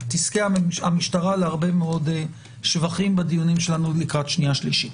תזכה המשטרה להרבה מאוד שבחים בדיונים שלנו לקראת שנייה ושלישית.